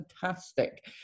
fantastic